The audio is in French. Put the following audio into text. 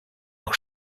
leur